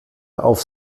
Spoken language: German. auf